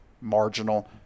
marginal